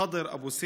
חאדר אבו סייף,